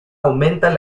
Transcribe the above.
aumenta